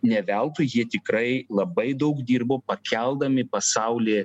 ne veltui jie tikrai labai daug dirbo pakeldami pasaulį